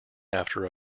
after